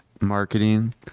marketing